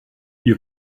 you